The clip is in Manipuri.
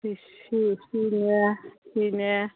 ꯁꯤ ꯁꯤꯅꯦ ꯁꯤꯅꯦ